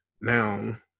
Now